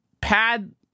pad